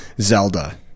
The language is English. Zelda